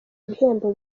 ibihembo